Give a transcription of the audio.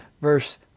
verse